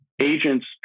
agents